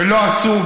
ולא עשו,